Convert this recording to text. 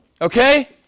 Okay